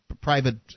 private